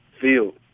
field